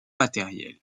matériels